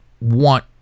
want